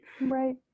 Right